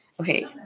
Okay